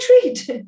treat